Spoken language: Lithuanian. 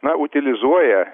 na utilizuoja